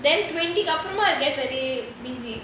then twenty கு அப்புறமா:kku appuramaa get very busy